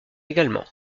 également